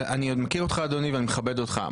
אני מכיר אותך אדוני ואני מכבד אותך.